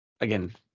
again